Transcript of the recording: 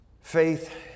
Faith